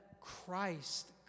Christ